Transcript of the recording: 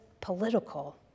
political